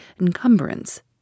encumbrance